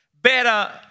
Better